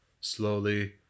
slowly